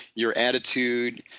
your attitude,